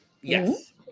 Yes